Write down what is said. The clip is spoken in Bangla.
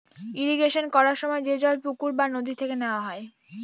ইরিগেশন করার সময় যে জল পুকুর বা নদী থেকে নেওয়া হয়